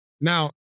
now